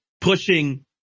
pushing